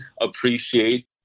appreciate